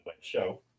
show